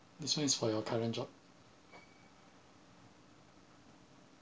this one is for your current job